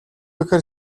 ихээр